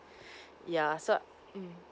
ya so mm